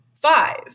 Five